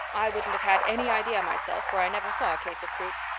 i wouldn't have had any idea myself, for i never saw a case of croup.